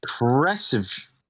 impressive